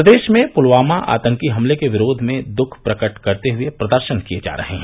प्रदेश में पुलवामा आतंकी हमले के विरोध में दुख प्रकट करते हुए प्रदर्शन किए जा रहे हैं